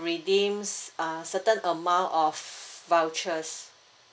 redeems uh certain amount of vouchers